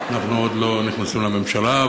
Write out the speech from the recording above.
אנחנו עוד לא נכנסים לממשלה,